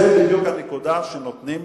זאת בדיוק הנקודה, שנותנים